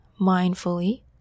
mindfully